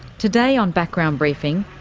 today on background briefing,